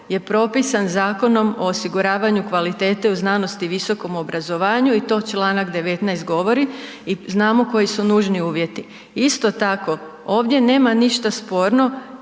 je propisan Zakonom o osiguravanju kvalitete u znanosti i visokom obrazovanju i to čl. 19. govori i znamo koji su nužni uvjeti. Isto tako, ovdje nema ništa sporno